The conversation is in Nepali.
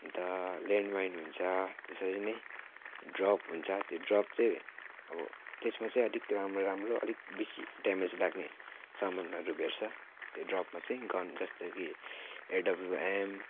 अन्त ल्यान्ड माइन हुन्छ त्यसरी नै ड्रप हुन्छ त्यो ड्रप चाहिँ अब त्यसमा चाहिँ अलिक राम्रो राम्रो अलिक बेसी ड्यामेज लाग्ने सामानहरू भेट्छ त्यो ड्रपमा चाहिँ गन जस्तो कि एडब्लुएम